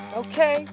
okay